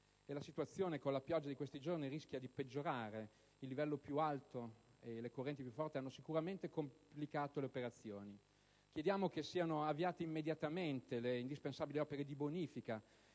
E la situazione, con la pioggia di questi giorni, rischia di peggiorare: il livello più alto e le correnti più forti hanno sicuramente complicato le operazioni. Chiediamo che siano avviate immediatamente le indispensabili opere di bonifica